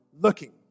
looking